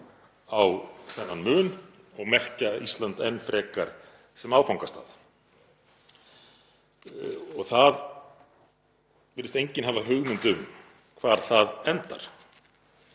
á þennan mun og merkja Ísland enn frekar sem áfangastað. Það virðist enginn hafa hugmynd um hvar það endar,